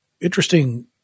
interesting